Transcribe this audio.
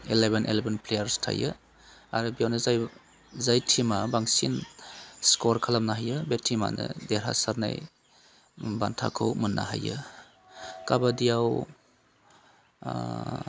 eleven eleven players थायो आरो बेयावनो जाय जाय टिमा बांसिन स्कर खालामनो हायो बे टिमानो देरहासारनाय बान्थाखौ मोननो हायो काबादियाव